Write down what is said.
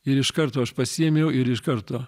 ir iš karto aš pasiėmiau ir iš karto